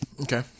Okay